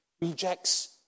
rejects